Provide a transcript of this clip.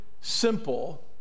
simple